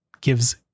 gives